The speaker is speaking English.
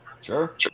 Sure